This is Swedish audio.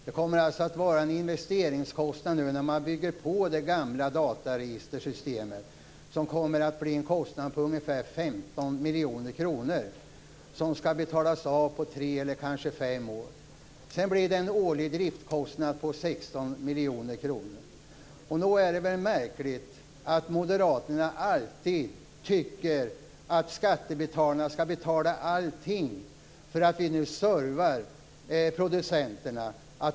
Det kommer att bli en investeringskostnad för att bygga ut det gamla dataregistersystemet om ungefär 15 miljoner kronor, som skall betalas av på tre eller kanske fem år. Det blir sedan en årlig driftskostnad om 16 miljoner kronor. Nog är det märkligt att moderaterna alltid tycker att skattebetalarna skall betala allting när det gäller att ge service åt producenterna.